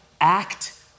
act